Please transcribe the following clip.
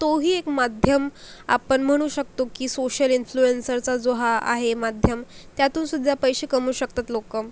तो ही एक माध्यम आपण म्हणू शकतो की सोशल इंफ्लूएंसरचा जो हा आहे माध्यम त्यातूनसुद्धा पैसे कमवू शकतात लोक